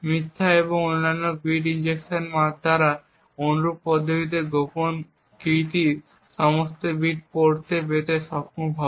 মিথ্যা এবং অন্যান্য সমস্ত বিট ইনজেকশনের দ্বারা অনুরূপ পদ্ধতিতে আক্রমণকারী গোপন কীটির সমস্ত বিট পেতে সক্ষম হবে